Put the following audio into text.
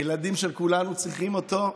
הילדים של כולנו צריכים אותו.